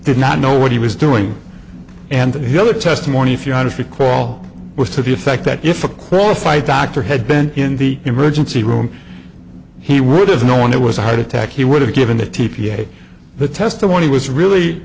did not know what he was doing and that hiller testimony if you're honest recall was to be a fact that if a qualified doctor had been in the emergency room he would have known it was a heart attack he would have given the t p a the testimony was really